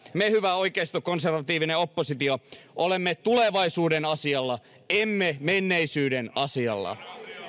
me hyvä oikeistokonservatiivinen oppositio olemme tulevaisuuden asialla emme menneisyyden asialla